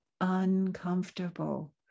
uncomfortable